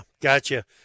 gotcha